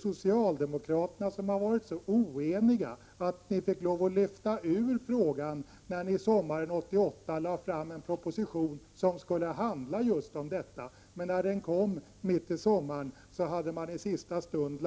Socialdemokraterna har varit så oeniga att de fick lov att lyfta ut frågan när de sommaren 1988 lade fram en proposition som just skulle handla om detta. När den kom mitt i sommaren hade man i sista stund